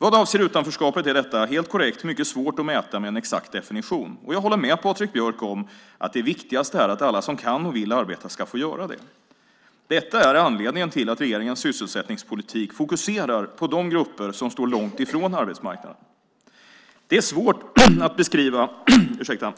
Vad avser utanförskapet är detta - helt korrekt - mycket svårt att mäta med en exakt definition, och jag håller med Patrik Björck om att det viktigaste är att alla som kan och vill arbeta ska få göra det. Detta är anledningen till att regeringens sysselsättningspolitik fokuserar på de grupper som står långt från arbetsmarknaden. Det är svårt att beskriva